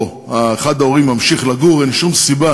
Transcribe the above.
או אחד ההורים ממשיך לגור, אין שום סיבה